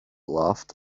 loved